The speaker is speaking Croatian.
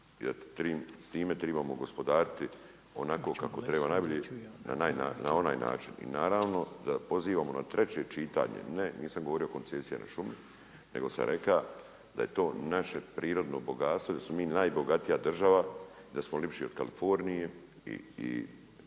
s time trebamo gospodariti onako kako treba, najbolje na onaj način. I naravno da pozivamo na 3. čitanje, ne nisam govori o koncesijama na šume, nego sam rekao da je to naše prirodno bogatstvo i da smo mi najbogatija država i da smo ljepši od Kalifornije i